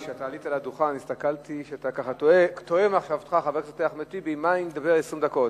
כי כשעלית על הדוכן ראיתי שאתה תוהה על מה תדבר 20 דקות.